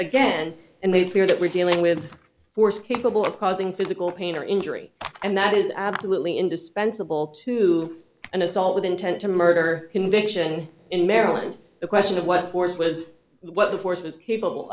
again and made clear that we're dealing with force capable of causing physical pain or injury and that is absolutely indispensable to an assault with intent to murder conviction in maryland the question of what force was what the force was capable